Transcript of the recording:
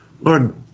Lord